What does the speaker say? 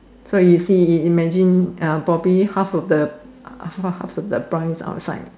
so you see imagine properly half of the half of the price outside